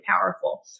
powerful